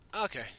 Okay